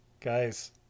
guys